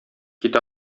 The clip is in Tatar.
кит